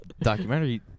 documentary